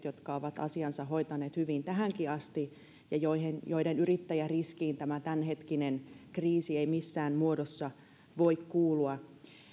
jotka ovat asiansa hoitaneet hyvin tähänkin asti ja joiden yrittäjäriskiin tämä tämänhetkinen kriisi ei missään muodossa voi kuulua